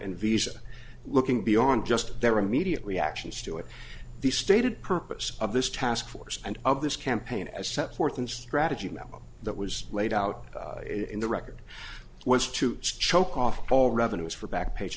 and visa looking beyond just their immediate reactions to it the stated purpose of this task force and of this campaign as set forth in strategy memo that was laid out in the record was to choke off all revenues for back page